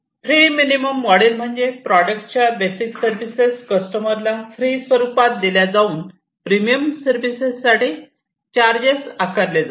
freemium model म्हणजे प्रॉडक्टच्या basic services कस्टमरला फ्री स्वरूपात दिल्या जाऊन प्रीमियम सर्विसेस साठी चार्जेस आकारले जातात